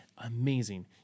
Amazing